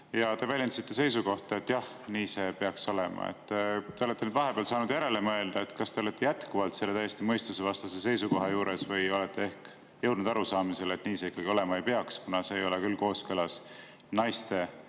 Te väljendasite seisukohta, et jah, nii see peaks olema. Te olete nüüd vahepeal saanud järele mõelda. Kas te olete jätkuvalt selle täiesti mõistusevastase seisukoha juures või olete ehk jõudnud arusaamisele, et nii see ikkagi olema ei peaks, kuna naiste väärikusega, naiste